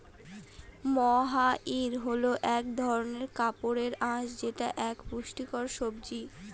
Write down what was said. মহাইর হয় এক ধরনের কাপড়ের আঁশ যেটা এক পুষ্টিকর সবজি